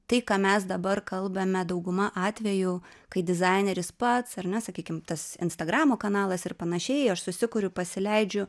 tai ką mes dabar kalbame dauguma atvejų kai dizaineris pats ar ne sakykim tas instagramo kanalas ir panašiai aš susikuriu pasileidžiu